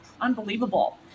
Unbelievable